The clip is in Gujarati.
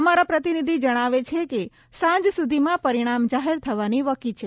અમારા પ્રતિનિધિ જણાવે છે કે સાંજ સુધીમાં પરિણામ જાહેર થવાની વકી છે